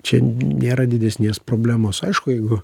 čia nėra didesnės problemos aišku jeigu